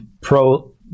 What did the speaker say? pro